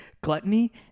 Gluttony